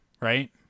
right